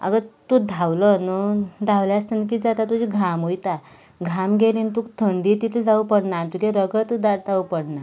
आतां तूं धावलें न्हय धावता आसतना कितें जाता तुजो घाम वयता घाम गेलो की तुका थंडी तितली जावंक पडना आनी तुजें रगत दाट जावंक पडना